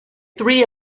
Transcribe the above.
three